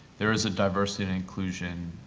there is a diversity and inclusion